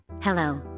Hello